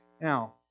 now